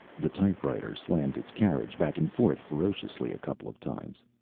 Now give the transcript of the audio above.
the typewriter slammed its carriage back and forth ferociously a couple of times.